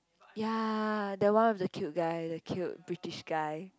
ya the one is a cute guys the cute British guy